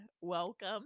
welcome